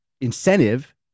incentive